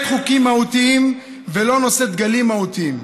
חוקים מהותיים ולא נושאת דגלים מהותיים,